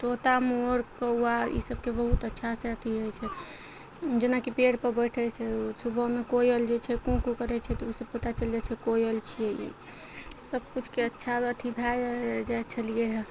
तोता मोर कौआ ई सबके बहुत अच्छासँ अथी होइ छै जेनाकि पेड़पर बैठय छै सुबहमे कोयल जे छै कू कू करय छै तऽ उ संँ पता चलि जाइ छै जे कोयल छियै ई सबकिछुके अच्छा अथी भए जाइ छलियै हँ